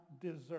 deserve